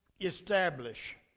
Establish